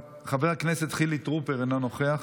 חבר הכנסת גדעון סער, אינו נוכח,